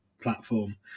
platform